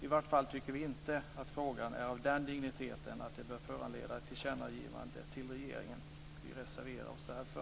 I vart fall tycker vi inte att frågan är av den digniteten att den bör föranleda ett tillkännagivande till regeringen och vi reserverar oss därför.